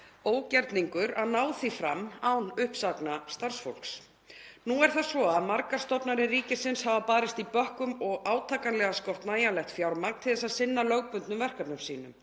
ógerningur að ná því fram án uppsagna starfsfólks. Nú er það svo að margar stofnanir ríkisins hafa barist í bökkum og átakanlega skort nægjanlegt fjármagn til að sinna lögbundnum verkefnum sínum.